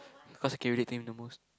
cause he carry the team the most